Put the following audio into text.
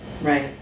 Right